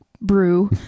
brew